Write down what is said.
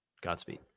Godspeed